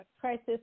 crisis